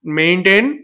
maintain